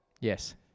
Yes